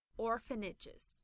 orphanages，